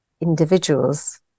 individuals